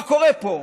מה קורה פה?